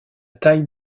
taille